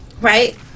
right